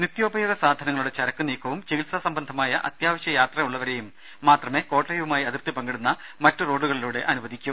നിത്യോപയോഗസാധനങ്ങളുടെ ചരക്കു നീക്കവും ചികിത്സാ സംബന്ധമായ അത്യാവശ്യ യാത്ര ഉള്ളവരെയും മാത്രമേ കോട്ടയവുമായി അതിർത്തി പങ്കിടുന്ന മറ്റു റോഡുകളിലൂടെ അനുവദിക്കൂ